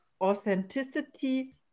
authenticity